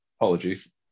Apologies